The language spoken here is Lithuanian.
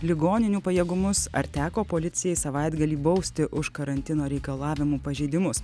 ligoninių pajėgumus ar teko policijai savaitgalį bausti už karantino reikalavimų pažeidimus